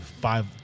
five